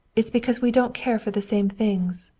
it's because we don't care for the same things,